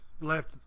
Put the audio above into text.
Left